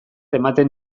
ematen